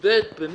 עודד, נו, באמת.